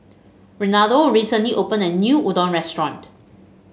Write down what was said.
Renaldo recently opened a new Udon Restaurant